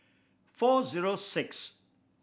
four zero six